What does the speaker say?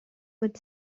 would